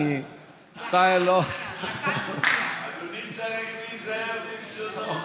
אני מצטער, לא, אדוני צריך להיזהר בלשונו.